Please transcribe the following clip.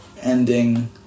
ending